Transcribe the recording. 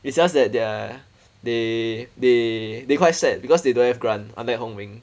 it's just that their they they they quite sad because they don't have grant unlike hong ming